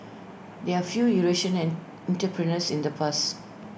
there're few Eurasian entrepreneurs in the past